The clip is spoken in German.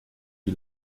die